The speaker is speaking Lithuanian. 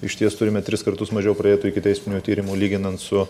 išties turime tris kartus mažiau pradėtų ikiteisminių tyrimų lyginant su